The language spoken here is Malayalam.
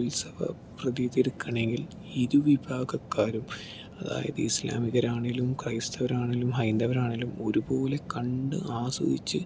ഉത്സവ പ്രതീതി എടുക്കുകയാണെങ്കിൽ ഇരു വിഭാഗക്കാരും അതായത് ഇസ്ലാമികളാണെങ്കിലും ക്രൈസ്തവരാണെങ്കിലും ഹൈന്ദവരാണെങ്കിലും ഒരുപോലെ കണ്ട് ആസ്വദിച്ച്